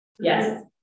Yes